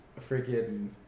freaking